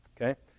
Okay